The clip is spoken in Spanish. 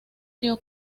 dio